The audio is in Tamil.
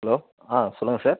ஹலோ ஆ சொல்லுங்கள் சார்